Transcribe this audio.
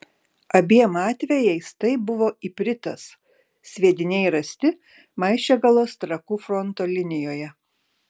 abiem atvejais tai buvo ipritas sviediniai rasti maišiagalos trakų fronto linijoje